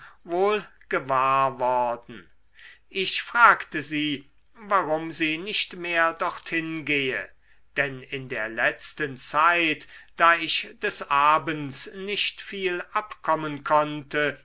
wohl gewahr worden ich fragte sie warum sie nicht mehr dorthin gehe denn in der letzten zeit da ich des abends nicht viel abkommen konnte